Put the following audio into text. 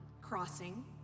crossing